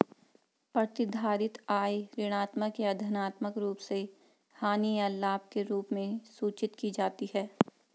प्रतिधारित आय ऋणात्मक या धनात्मक रूप से हानि या लाभ के रूप में सूचित की जाती है